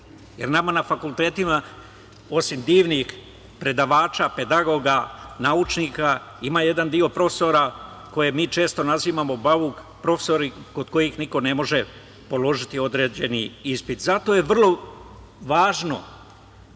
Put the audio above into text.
jer nama na fakultetima, osim divnih predavača, pedagoga, naučnika, ima jedan deo profesora koje mi često nazivamo „bauk profesori“, kod kojih niko ne može položiti određeni ispit. Zato je vrlo važno